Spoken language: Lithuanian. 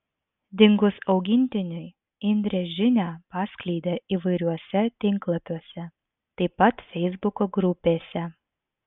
dingus augintiniui indrė žinią paskleidė įvairiuose tinklapiuose taip pat feisbuko grupėse